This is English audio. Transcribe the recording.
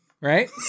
Right